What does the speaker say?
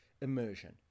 immersion